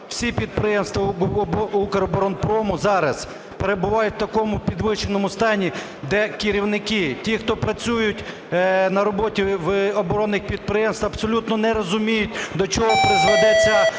всі підприємства "Укроборонпрому" зараз перебувають в такому підвищеному стані, де керівники, ті, хто працюють на роботі в оборонних підприємствах, абсолютно не розуміють до чого призведе ця реформа.